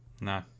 No